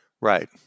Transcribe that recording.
Right